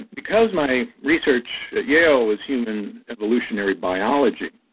because my research at yale was human evolutionary biology,